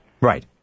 Right